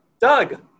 Doug